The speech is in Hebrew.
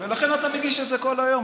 לכן אתה מגיש את זה כל היום.